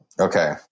Okay